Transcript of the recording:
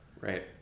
Right